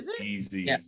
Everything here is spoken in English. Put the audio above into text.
Easy